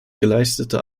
geleistete